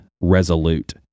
resolute